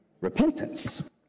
repentance